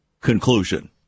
conclusion